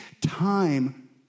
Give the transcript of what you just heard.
time